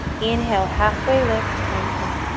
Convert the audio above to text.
inhale, halfway lift, lengthen.